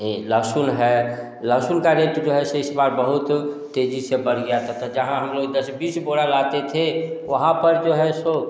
ये लहसून है लहसून का रेट जो है सो इस बार बहुत तेजी से बढ़ गया तो तो जहाँ हम लोग दस बीस बोरा लाते हैं वहाँ पर जो है सो